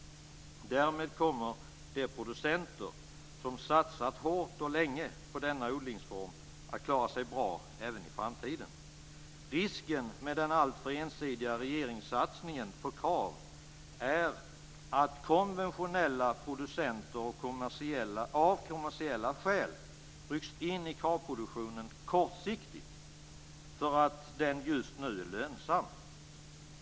Därmed kommer de producenter som satsat hårt och länge på denna odlingsform att klara sig bra även i framtiden. Risken med den alltför ensidiga regeringssatsningen på Krav är att konventionella producenter av kommersiella skäl rycks in i Kravproduktionen kortsiktigt för att den just nu är lönsam.